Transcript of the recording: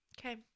okay